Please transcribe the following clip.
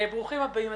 ברוכים הבאים.